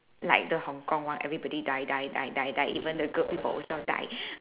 like the Hong-Kong one everybody die die die die die even the good people also die